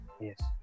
Yes